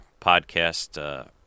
podcast